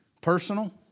personal